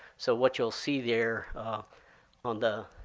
so what you'll see there on the